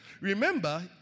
Remember